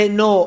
no